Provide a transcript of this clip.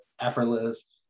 effortless